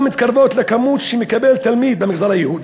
מתקרבות לכמות שמקבל תלמיד במגזר היהודי.